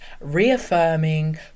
reaffirming